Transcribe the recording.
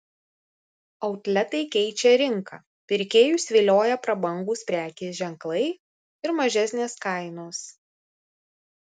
outletai keičia rinką pirkėjus vilioja prabangūs prekės ženklai ir mažesnės kainos